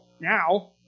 now